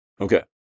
Okay